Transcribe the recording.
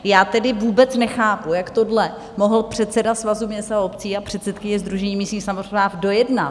Já tedy vůbec nechápu, jak tohle mohl předseda Svazu měst a obcí a předsedkyně Sdružení místních samospráv dojednat.